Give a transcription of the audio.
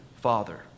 father